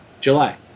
July